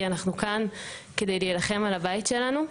כי אנחנו כאן כדי להילחם על הבית שלנו.